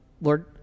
Lord